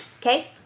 Okay